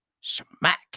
Smack